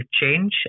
change